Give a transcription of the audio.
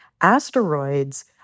Asteroids